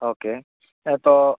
okay എപ്പോൾ